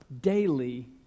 daily